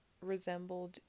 resembled